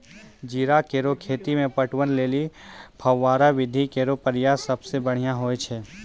जीरा केरो खेती म पटवन लेलि फव्वारा विधि केरो प्रयोग सबसें बढ़ियां होय छै